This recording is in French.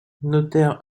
notaire